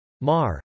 Mar